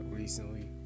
recently